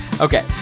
Okay